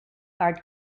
art